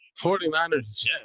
49ers-Jets